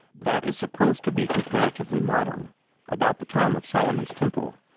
that is supposed to be comparatively modern about the time of solomon's temple.